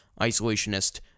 isolationist